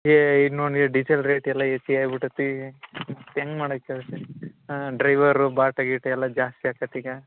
ಏ ಇನ್ನು diesel rate ಎಲ್ಲ ಎಷ್ಟು ಏರಿ ಬಿಟ್ಟೈತಿ ಮತ್ತು ಹೆಂಗೆ ಮಾಡಕ್ಕೆ ಹೇಳ್ತಿರ ರೀ ಡ್ರೈವರು ಬಾಟ ಗೀಟ ಎಲ್ಲ ಜಾಸ್ತಿ ಆಗ್ತೈತಿ ಈಗ